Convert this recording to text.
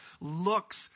looks